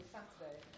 Saturday